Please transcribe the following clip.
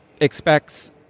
expects